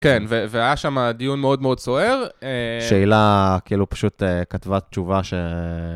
כן, והיה שם דיון מאוד מאוד סוער. שאלה, כאילו פשוט כתבה תשובה ש...